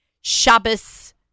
Shabbos